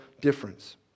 difference